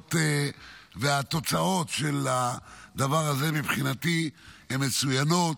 והתוצאות של הדבר הזה, מבחינתי, הן מצוינות.